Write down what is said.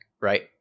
right